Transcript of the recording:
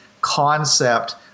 concept